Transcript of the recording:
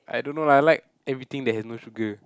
I don't like lah I like everything that has no sugar